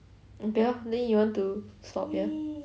okay then you want to stop here